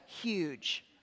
huge